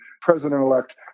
President-elect